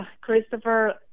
Christopher